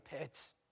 pits